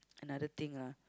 another thing lah